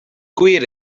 gwir